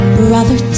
brother